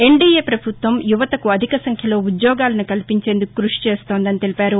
NDA పభుత్వం యువతకు అధిక సంఖ్యలో ఉద్యోగాలను కల్పించేందుకు కృషి చేస్తోందని తెలిపారు